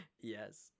Yes